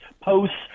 posts